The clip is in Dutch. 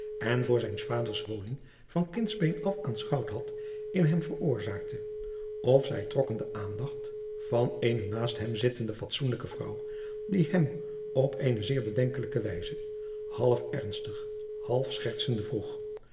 en voor zijns vaders woning van kindsbeen af aanschouwd had in hem veroorzaakte of zij trokken de aandacht van eene naast hem zittende fatsoenlijke vrouw die hem op eene zeer bedenkelijke wijze half ernstig half schertsende vroeg